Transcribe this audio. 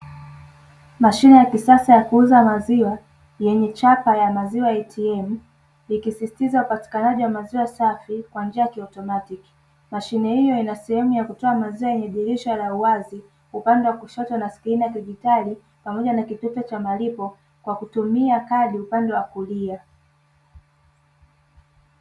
Mashine ya kisasa ya kuuza maziwa yenye chapa ya maziwa ya "ATM" ikisisitiza upatikanaji wa maziwa safi kwa njia ya kiautomatiki. mashine hiyo ina sehemu ya kutoa maziwa yenye dirisha la wazi upande wa kushoto na skirini ya kidigitali pamoja na kitufe cha malipo kwa kutumia kadi upande wa kulia.